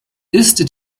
ist